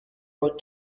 were